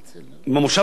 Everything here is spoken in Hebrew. במושב הקודם,